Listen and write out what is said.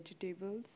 vegetables